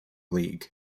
league